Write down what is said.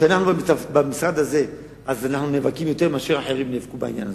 כשאנחנו במשרד הזה אנחנו נאבקים יותר מאחרים בעניין הזה.